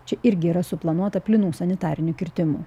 čia irgi yra suplanuota plynų sanitarinių kirtimų